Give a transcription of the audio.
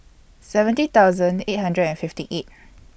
seventy thousand eight hundred and fifty eight